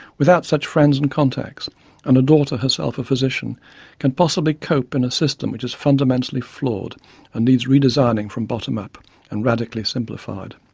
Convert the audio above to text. without such friends and contacts and a daughter herself a physician can possibly cope in a system which is fundamentally flawed and needs redesigning from bottom up and radically simplified.